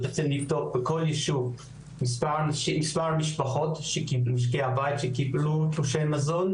זה בעצם לבדוק בכל יישוב מספר המשפחות שקיבלו תלושי מזון,